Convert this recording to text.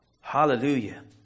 Hallelujah